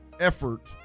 effort